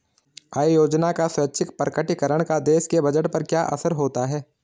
आय योजना का स्वैच्छिक प्रकटीकरण का देश के बजट पर क्या असर होता है?